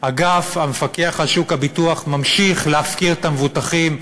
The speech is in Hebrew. אגף המפקח על שוק הביטוח ממשיך להפקיר את המבוטחים,